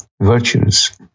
virtues